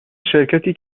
شرکتی